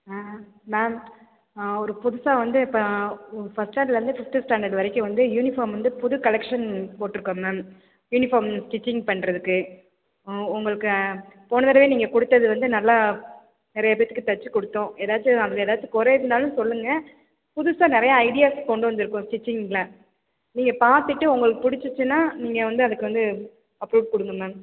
ma'am ஒரு புதுசாக வந்து இப்போ ஃபர்ஸ்ட் ஸ்டாண்டர்டில் இருந்து ஃபிப்த்து ஸ்டாண்டர்ட் வரைக்கும் வந்து யூனிஃபார்ம் வந்து புது கலெக்ஷன் போட்டிருக்கோம் மேம் யூனிஃபார்ம் ஸ்டிச்சிங் பண்ணுறதுக்கு உங்களுக்கு போன தடவையே நீங்கள் கொடுத்தது வந்து நல்லா நிறைய பேத்துக்கு தச்சு கொடுத்தோம் எதாச்சும் அதில் எதாச்சும் கொறை இருந்தாலும் சொல்லுங்கள் புதுசாக நிறைய ஐடியாஸ் கொண்டு வந்துருக்கோம் ஸ்டிட்ச்சிங்கில் நீங்கள் பார்த்துட்டு உங்களுக்கு பிடிச்சிச்சுன்னா நீங்கள் வந்து அதுக்கு வந்து அப்ரூவ்ட் கொடுங்க மேம்